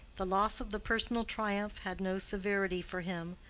the loss of the personal triumph had no severity for him,